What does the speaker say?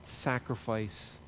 Sacrifice